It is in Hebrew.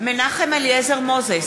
מנחם אליעזר מוזס,